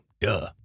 duh